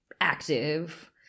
active